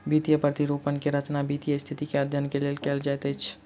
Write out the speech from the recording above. वित्तीय प्रतिरूपण के रचना वित्तीय स्थिति के अध्ययन के लेल कयल जाइत अछि